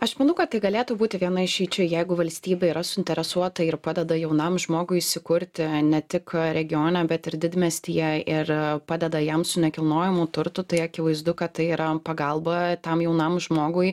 aš manau kad tai galėtų būti viena išeičių jeigu valstybė yra suinteresuota ir padeda jaunam žmogui įsikurti ne tik regione bet ir didmiestyje ir padeda jam su nekilnojamu turtu tai akivaizdu kad tai yra pagalba tam jaunam žmogui